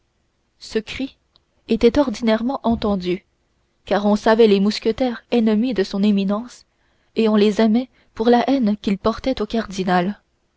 ce cri était ordinairement entendu car on savait les mousquetaires ennemis de son éminence et on les aimait pour la haine qu'ils portaient au cardinal